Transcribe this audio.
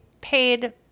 paid